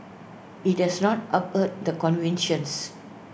IT has now upheld the convictions